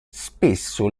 spesso